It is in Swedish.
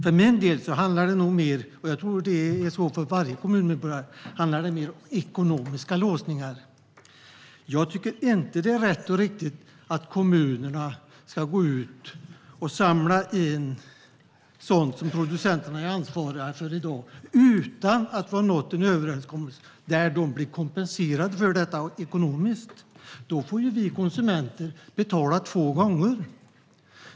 För min del - och jag tror att det är så för varje kommunmedborgare - handlar det mer om ekonomiska låsningar. Jag tycker inte att det är rätt och riktigt att kommunerna ska gå ut och samla in sådant som producenterna är ansvariga för utan att vi har nått en överenskommelse som gör att kommunerna blir ekonomiskt kompenserade för detta. Då får ju vi konsumenter betala två gånger.